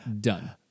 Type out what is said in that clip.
done